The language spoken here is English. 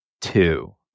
two